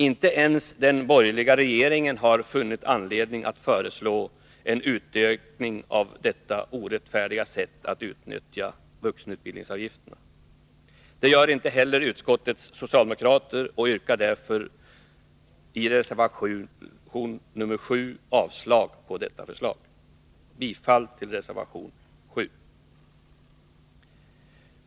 Inte ens den borgerliga regeringen har funnit anledning att föreslå en utökning av detta orättfärdiga sätt att utnyttja vuxenutbildningsavgifterna. Det gör inte heller utskottets socialdemokrater och yrkar därför i reservation nr 7 avslag på detta förslag. Jag yrkar bifall till reservation nr 7.